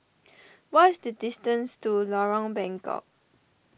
what is the distance to Lorong Bengkok